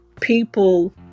people